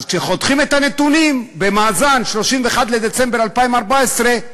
אז כשחותכים את הנתונים במאזן ב-31 בדצמבר 2014,